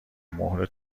مهر